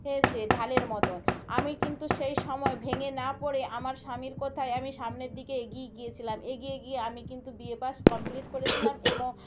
রয়েছে ঢালের মত আমি কিন্তু সেই সময় ভেঙে না পড়ে আমার স্বামীর কথায় আমি সামনের দিকে এগিয়ে গিয়েছিলাম এগিয়ে গিয়ে আমি কিন্তু বিএ পাস কমপ্লিট করেছিলাম এবং